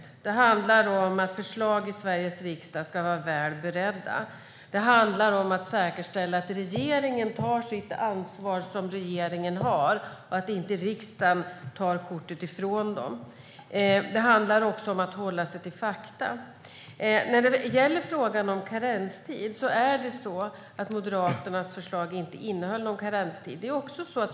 Det handlar om att förslag i Sveriges riksdag ska vara väl beredda. Det handlar om att säkerställa att regeringen tar det ansvar som den har och att riksdagen inte tar kortet ifrån den. Det handlar också om att hålla sig till fakta. När det gäller frågan om karenstid innehöll Moderaternas förslag inte någon karenstid.